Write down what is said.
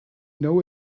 know